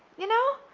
you know